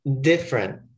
different